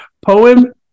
Poem